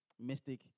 mystic